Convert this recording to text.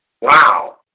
Wow